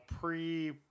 pre –